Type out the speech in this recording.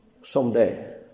someday